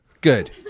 Good